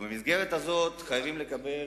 ובמסגרת הזאת חייבים לקבל,